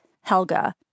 Helga